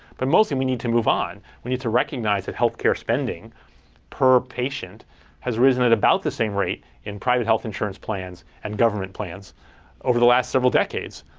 but mostly, we need to move on. we need to recognize that health care spending per patient has risen at about the same rate in private health insurance plans and government plans over the last several decades,